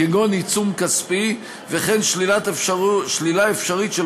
כגון עיצום כספי וכן שלילה אפשרית של